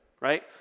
right